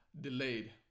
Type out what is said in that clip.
delayed